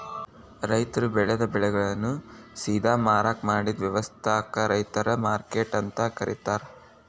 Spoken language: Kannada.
ರೈತರು ಬೆಳೆದ ಬೆಳೆಗಳನ್ನ ಸೇದಾ ಮಾರಾಕ್ ಮಾಡಿದ ವ್ಯವಸ್ಥಾಕ ರೈತರ ಮಾರ್ಕೆಟ್ ಅಂತ ಕರೇತಾರ